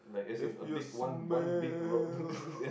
if you smell